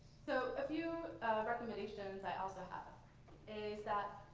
so a few recommendations i also have is that